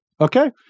Okay